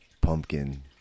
pumpkin